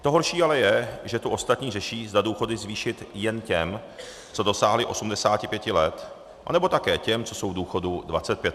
To horší ale je, že tu ostatní řeší, zda důchody zvýšit jen těm, co dosáhli 85 let, anebo také těm, co jsou v důchodu 25 let.